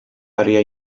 área